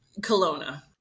Kelowna